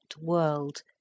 world